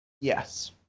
Yes